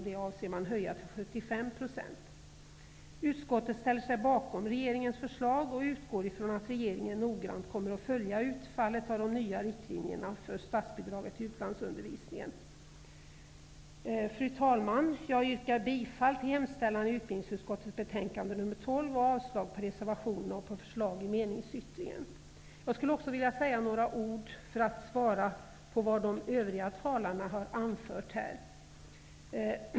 Det avser man att höja till 75 % Utskottet ställer sig bakom regeringens förslag och utgår från att regeringen noggrant kommer att följa utfallet av de nya riktlinjerna för statsbidraget till utlandsundervisningen. Fru talman! Jag yrkar bifall till hemställan i utbildningsutskottets betänkande nr 12 och avslag på reservationerna och på förslaget i meningsyttringen. Jag skulle vilja svara på vad de övriga talarna har anfört här.